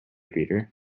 theater